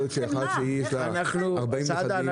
ויכול להיות שאחת שיש לה 40 נכדים,